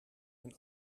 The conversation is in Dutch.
een